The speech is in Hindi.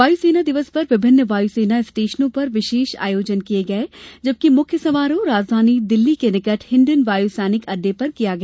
वायु सेना दिवस पर विभिन्न वायु सेना स्टेशनों पर विशेष आयोजन किये गये जबकि मुख्य समारोह राजधानी दिल्ली के निकट हिंडन वायू सैनिक अड्डे पर किया गया